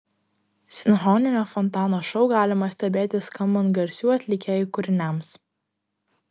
sinchroninio fontano šou galima stebėti skambant garsių atlikėjų kūriniams